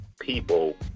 people